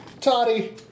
Toddy